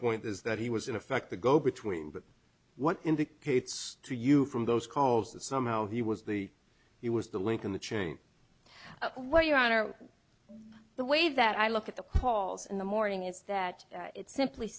point is that he was in effect the go between but what indicates to you from those calls that somehow he was the he was the link in the chain what your honor the way that i look at the halls in the morning is that it's simply